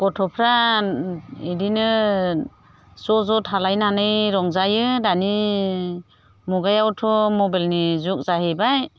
गथ'फ्रा बेदिनो ज' ज' थालायनानै रंजायो दानि मुगायावथ' मबाइलनि जुग जाहैबाय